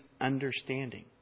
understanding